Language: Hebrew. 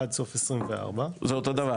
עד סוף 24. זה אותו דבר,